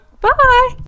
Bye